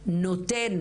לנותנת